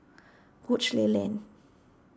Woodleigh Lane